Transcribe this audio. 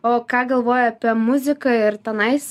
o ką galvojai apie muziką ir tenais